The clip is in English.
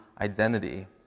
identity